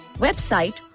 website